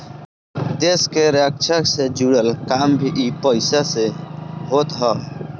देस के रक्षा से जुड़ल काम भी इ पईसा से होत हअ